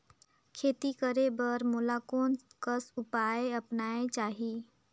खेती करे बर मोला कोन कस उपाय अपनाये चाही?